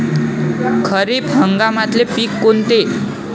खरीप हंगामातले पिकं कोनते?